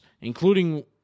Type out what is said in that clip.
including